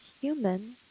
human